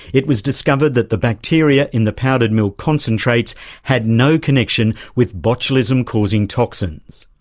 it was discovered that the bacteria in the powdered milk concentrates had no connection with botulism causing toxins.